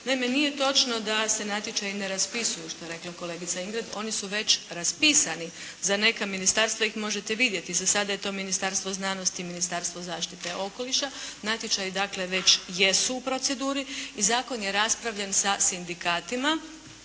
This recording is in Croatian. nije točno da se natječaji ne raspisuju što je rekla kolegica Ingrid, oni su već raspisani za neka ministarstva ih možete vidjeti. Za sada je to Ministarstvo znanosti i Ministarstvo zaštite okoliša. Natječaji dakle već jesu u proceduri i zakon je raspravljen sa sindikatima.